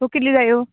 तूं कितली जायो